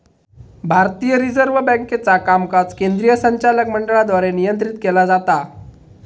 भारतीय रिझर्व्ह बँकेचा कामकाज केंद्रीय संचालक मंडळाद्वारे नियंत्रित केला जाता